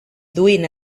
duin